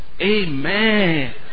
Amen